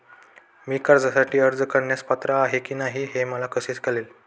मी कर्जासाठी अर्ज करण्यास पात्र आहे की नाही हे मला कसे कळेल?